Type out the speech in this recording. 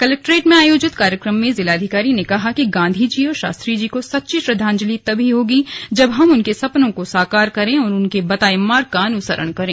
collectorate में आयोजित कार्यक्रम में जिलाधिकारी ने कहा कि गांधीजी और शास्त्रीजी को सच्ची श्रद्वांजलि तभी होगी जब हम उनके सपनों को साकार करें और उनके बताये मार्ग का अनुसरण करें